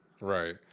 Right